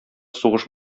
сугыш